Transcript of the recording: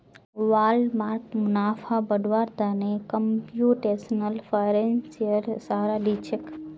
Walmart मुनाफा बढ़व्वार त न कंप्यूटेशनल फाइनेंसेर सहारा ली छेक